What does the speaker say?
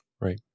Right